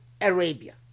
Arabia